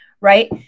Right